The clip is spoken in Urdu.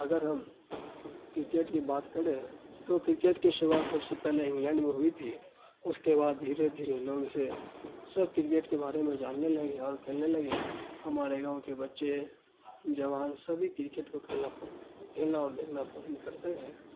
اگر ہم کرکٹ کی بات کریں تو کرکٹ کے شروعات سب سے پہلے انگلینڈ میں ہوئی تھی اس کے بعد دھیرے دھیرے لوگ اسے سب کرکٹ کے بارے میں جاننے لگے اور کھیلنے لگے ہمارے گاؤں کے بچے جوان سبھی کرکٹ کو کھیلنا کھیلنا اور دیکھنا پسند کرتے ہیں